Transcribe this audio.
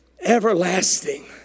everlasting